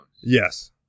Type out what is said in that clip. Yes